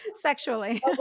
sexually